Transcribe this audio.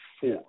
four